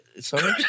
Sorry